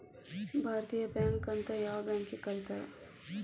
ಭಾರತೇಯ ಬ್ಯಾಂಕ್ ಅಂತ್ ಯಾವ್ ಬ್ಯಾಂಕಿಗ್ ಕರೇತಾರ್?